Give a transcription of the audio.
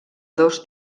dos